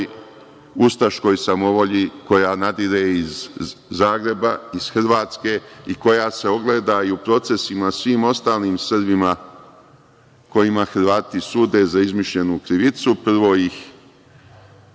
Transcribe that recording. ustaškoj samovolji koja nadire iz Zagreba, iz Hrvatske i koja se ogleda i u procesima svim ostalima Srbima kojima Hrvati sude za izmišljenu krivicu. Prvo ih